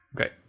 Okay